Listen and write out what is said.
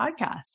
podcast